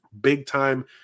big-time